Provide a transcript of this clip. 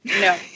No